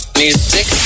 music